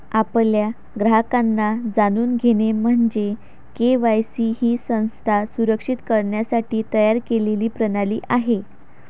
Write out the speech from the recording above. आपल्या ग्राहकांना जाणून घेणे म्हणजे के.वाय.सी ही संस्था सुरक्षित करण्यासाठी तयार केलेली प्रणाली आहे